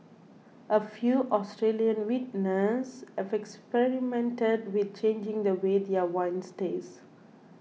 a few Australian vintners have experimented with changing the way their wines taste